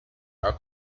are